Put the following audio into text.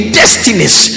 destinies